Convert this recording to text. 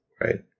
right